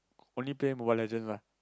only play Mobile-Legends lah